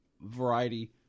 variety